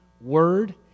word